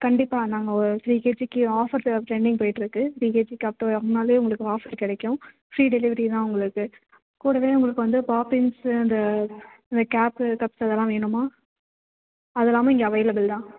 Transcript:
கண்டிப்பாக நாங்கள் ஒரு த்ரீ கேஜிக்கு ஆஃபர்ஸு ட்ரெண்டிங் போய்கிட்டு இருக்கு த்ரீ கேஜிக்கு அப் டூ வாங்குனாலே உங்களுக்கு ஆஃபர் கிடைக்கும் ஃப்ரீ டெலிவரி தான் உங்களுக்கு கூடவே உங்களுக்கு வந்து பாப்பின்ஸு அந்த அந்த கேப்பு கப்பு இதெல்லாம் வேணுமா அதெல்லாமும் இங்கே அவைலபுள் தான்